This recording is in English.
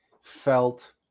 felt